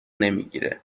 نمیگیره